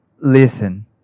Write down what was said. listen